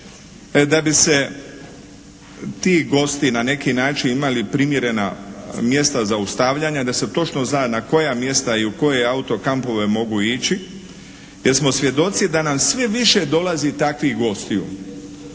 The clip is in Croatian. da bi se ti gosti na neki način imali primjerena mjesta zaustavljanja, da se točno zna na koja mjesta i u koje autokampove mogu ići jer smo svjedoci da nam sve više dolazi takvih gostiju